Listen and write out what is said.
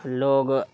लोग